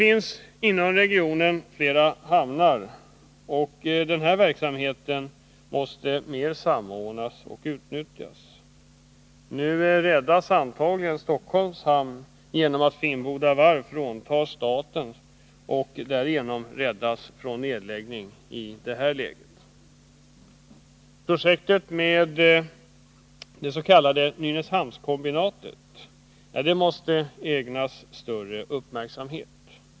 Inom regionen finns flera hamnar, och den verksamhet som där bedrivs måste samordnas mer och utnyttjas bättre. Nu räddas antagligen Stockholms hamn genom att Finnboda Varf fråntas staten och därigenom klarar sig från nedläggning. Projektet med det s.k. Nynäshamnskombinatet måste ägnas större uppmärksamhet.